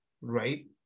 right